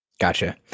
Gotcha